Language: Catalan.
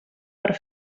per